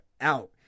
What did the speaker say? out